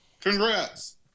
Congrats